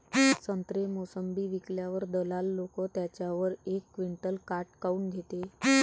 संत्रे, मोसंबी विकल्यावर दलाल लोकं त्याच्यावर एक क्विंटल काट काऊन घेते?